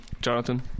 jonathan